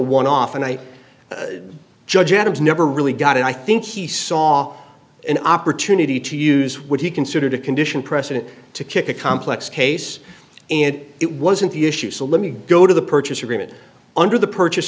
one off and i judge adams never really got it i think he saw an opportunity to use what he considered a condition precedent to kick a complex case and it wasn't the issue so let me go to the purchase agreement under the purchase